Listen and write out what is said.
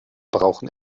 brauchen